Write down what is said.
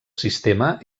sistema